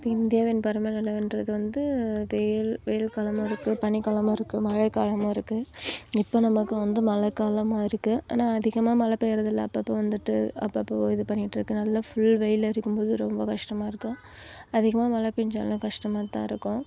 இப்போ இந்தியாவின் பருவ நிலவென்றது வந்து வெயில் வெயில் காலமாக இருக்குது பனி காலமாக இருக்குது மழை காலமாக இருக்குது இப்போ நமக்கு வந்து மழை காலமாக இருக்குது ஆனால் அதிகமாக மழை பெய்யுறது இல்லை அப்பப்போ வந்துட்டு அப்பப்போ இது பண்ணிட்டிருக்கு நல்லா ஃபுல் வெயில் இருக்கும்போது ரொம்ப கஷ்டமாக இருக்கும் அதிகமாக மழை பெஞ்சாலும் கஷ்டமாக தான் இருக்கும்